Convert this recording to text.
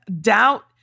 doubt